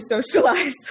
socialize